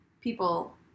people